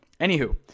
Anywho